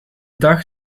dag